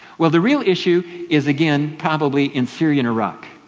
well the real issue is again probably in syria and iraq.